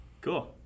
cool